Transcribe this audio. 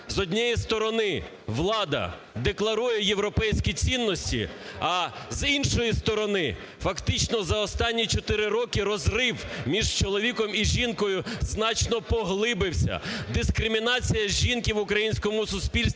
з однієї сторони влада декларує європейські цінності, а з іншої сторони фактично за останні чотири роки розрив між чоловіком і жінкою значно поглибився. Дискримінація жінки в українському суспільстві